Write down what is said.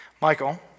Michael